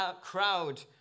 crowd